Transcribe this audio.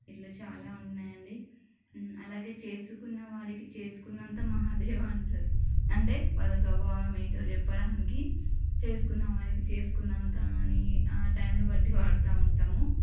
ఇట్లా చాలా ఉన్నాయండి అలాగే చేసుకున్నవారికి చేసుకున్నంత మహాదేవ అంటారు అంటే వాళ్ళ స్వభావం ఎంటో చెప్పడానికి చేసుకున్నవారికి చేసుకున్నంత అని ఆ టైముని బట్టి వాడుతూ ఉంటాము